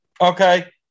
Okay